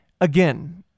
again